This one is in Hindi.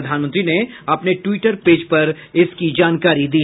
प्रधानमंत्री ने अपने ट्वीटर पेज पर इसकी जानकारी दी